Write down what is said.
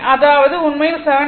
அதாவது உண்மையில் 7